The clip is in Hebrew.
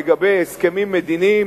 לגבי הסכמים מדיניים,